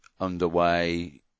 underway